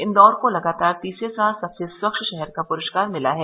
इन्दौर को लगातार तीसरे साल सबसे स्वच्छ शहर का पुरस्कार मिला है